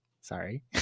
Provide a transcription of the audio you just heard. Sorry